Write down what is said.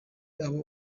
abo